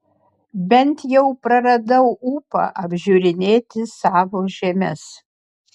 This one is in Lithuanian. bent jau praradau ūpą apžiūrinėti savo žemes